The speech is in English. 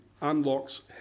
unlocks